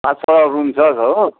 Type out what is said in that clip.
पाँच छवटा रुम छ हो